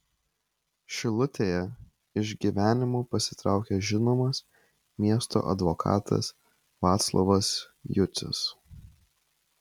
šilutėje iš gyvenimo pasitraukė žinomas miesto advokatas vaclovas jucius